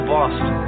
Boston